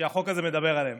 שהחוק הזה מדבר עליהן.